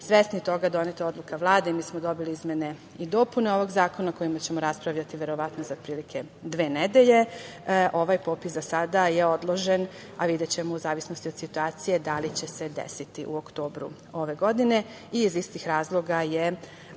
svesni toga, doneta odluka Vlade, mi smo dobili izmene i dopune ovog Zakona o kojim ćemo raspravljati verovatno za dve nedelje. Ovaj popis, za sada, je odložen, ali videćemo, u zavisnosti od situacije da li će se desiti u oktobru ove godine i iz istih razloga je